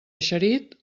eixerit